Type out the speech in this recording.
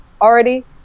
already